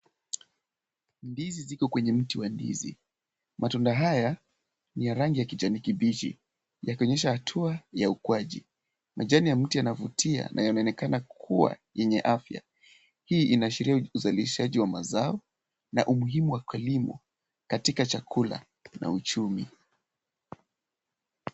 Ndizi ziko kwenye mti wa ndizi. Matunda haya ni ya rangi ya kijani kibichi yakionyesha hatua ya ukuaji . Majani ya mti yanavutia na ni yaonekana kua yenye afya. Hii inaashiria uzalishaji wa mazao na umuhimu wa kilimo katika chakula na uchumi.